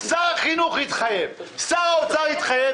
שר החינוך התחייב, שר האוצר התחייב.